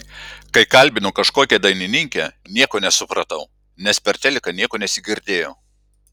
kai kalbino kažkokią dainininkę nieko nesupratau nes per teliką nieko nesigirdėjo